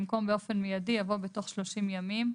במקום "באופן מיידי" יבוא "בתוך 30 ימים".